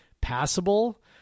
passable